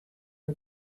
are